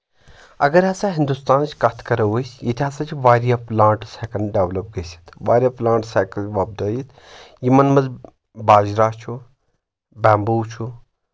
اگر ہسا ہندوستانٕچ کتھ کرو أسۍ ییٚتہِ ہسا چھِ واریاہ پلانٹٕس ہؠکان ڈؠولَپ گٔژھِتھ واریاہ پٕلانٹٕس ہؠکان وۄپدٲیِتھ یِمن منٛز باجرا چھُ بیمبوٗ چھُ